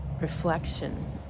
Reflection